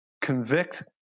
Convict